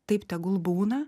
taip tegul būna